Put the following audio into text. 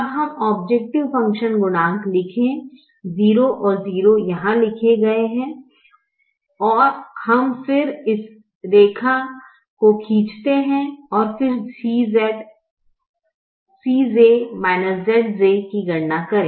अब हम objective function गुणांक लिखें 0 0 यहां लिखे गए हैं और हम फिर इस रेखा को खींचते हैं और फिर Cj Zj की गणना करें